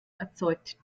erzeugt